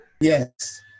Yes